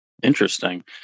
Interesting